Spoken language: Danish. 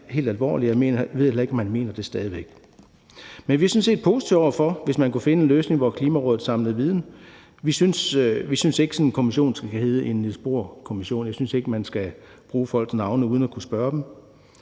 helt alvorligt, og jeg ved heller ikke, om han stadig væk mener det. Vi ville sådan set være positive, hvis man kunne finde en løsning, hvor Klimarådet samlede viden. Vi synes ikke, at sådan en kommission skal hedde en Niels Bohr-kommission. Jeg synes ikke, at man skal bruge folks navne uden at kunne spørge dem.